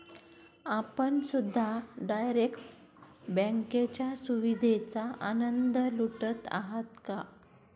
आपण सुद्धा डायरेक्ट बँकेच्या सुविधेचा आनंद लुटत आहात का?